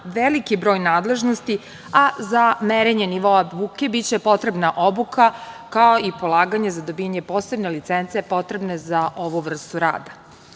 veliki broj nadležnosti, a za merenje nivoa buke biće potrebna obuka, kao i polaganje za dobijanje posebne licence potrebne za ovu vrstu rada. Novi